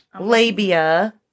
Labia